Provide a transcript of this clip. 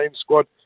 squad